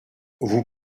vous